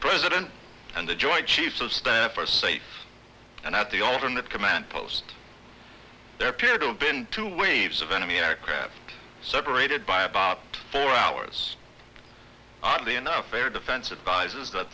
president and the joint chiefs of staff are safe and at the alternate command post their period of been two waves of enemy aircraft separated by about four hours oddly enough air defense advisors that